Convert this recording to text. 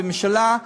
בממשלה,